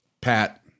Pat